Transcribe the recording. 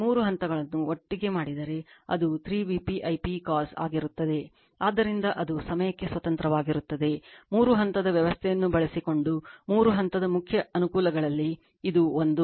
ಮೂರು ಹಂತದ ವ್ಯವಸ್ಥೆಯನ್ನು ಬಳಸಿಕೊಂಡು ಮೂರು ಹಂತದ ಮುಖ್ಯ ಅನುಕೂಲಗಳಲ್ಲಿ ಇದು ಒಂದು